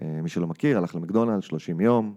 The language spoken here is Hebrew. מי שלא מכיר הלך למקדונלדס 30 יום